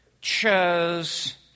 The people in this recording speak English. chose